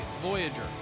Voyager